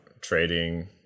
trading